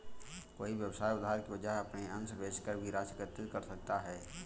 कोई व्यवसाय उधार की वजह अपने अंश बेचकर भी राशि एकत्रित कर सकता है